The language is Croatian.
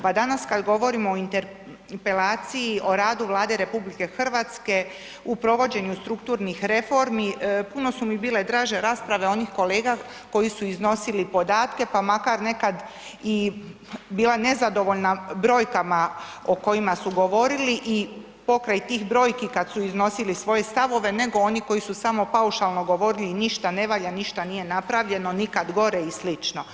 Pa danas kad govorimo o Interpelaciji o radu Vlade RH u provođenju strukturnih reformi, puno su mi bile draže rasprave onih kolega koji su iznosili podatke, pa makar nekad i bila nezadovoljna brojkama o kojima su govorili i pokraj tih brojki kad su iznosili svoje stavove nego oni koji su samo paušalno govorili ništa ne valja, ništa nije napravljeno, nikad gore i slično.